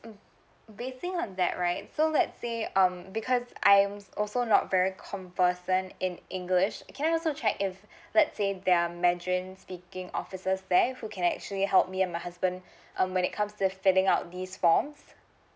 basing on that right so let's say um because I am also not very conversant in english can I also check if let's say there are mandarin speaking officers there who can actually help me and my husband um when it comes the filling up these forms